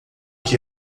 que